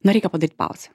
na reikia padaryt pauzę